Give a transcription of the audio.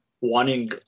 wanting